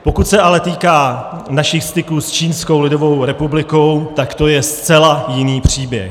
Pokud se ale týká našich styků s Čínskou lidovou republikou, tak to je zcela jiný příběh.